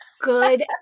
good